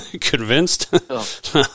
convinced